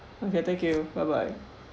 okay thank you byebye